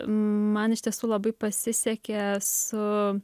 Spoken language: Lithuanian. man iš tiesų labai pasisekė su